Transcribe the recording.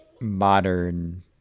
modern